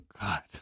God